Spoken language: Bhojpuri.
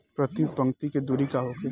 प्रति पंक्ति के दूरी का होखे?